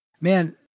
man